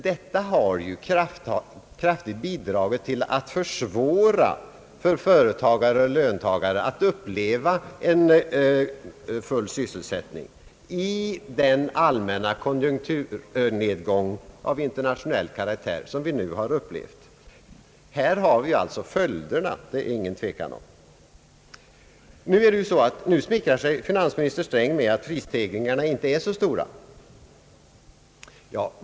Detta har faktiskt bidragit till att försvåra för företagare och löntagare att uppleva en full sysselsättning i den allmänna konjunkturnedgång av internationell karaktär som vi nu har haft. Här har vi alltså följderna, därom råder ingen tvekan. Nu smickrar sig finansminister Sträng med att prisstegringarna inte är så stora.